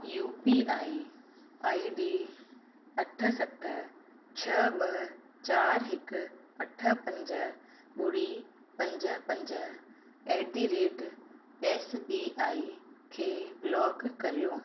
U P I I D अठ सत अठ सत छह ॿ चारि हिकु अठ पंज ॿुड़ी पंज पंज at the rate S B I खे ब्लॉक करियो